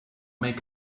make